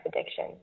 addiction